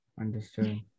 Understood